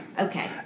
Okay